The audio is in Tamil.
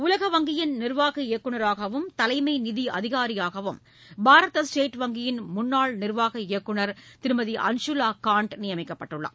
உலக வங்கியின் நிர்வாக இயக்குநராகவும் தலைமை நிதி அதிகாரியாகவும் பாரத ஸ்டேட் வங்கியின் முன்னாள் நிர்வாக இயக்குநர் திருமதி அன்ஷூலா கான்ட் நியமிக்கப்பட்டுள்ளார்